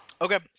Okay